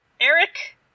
Eric